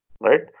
Right